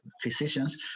physicians